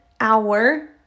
hour